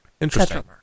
Interesting